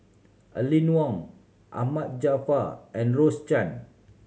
Aline Wong Ahmad Jaafar and Rose Chan